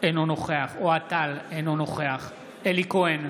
אינו נוכח אוהד טל, אינו נוכח אלי כהן,